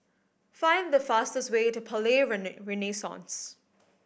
find the fastest way to Palais Renaissance